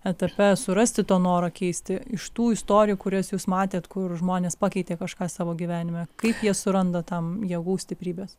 etape surasti to noro keisti iš tų istorijų kurias jūs matėt kur žmonės pakeitė kažką savo gyvenime kaip jie suranda tam jėgų stiprybės